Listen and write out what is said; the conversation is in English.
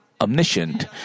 omniscient